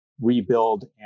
rebuild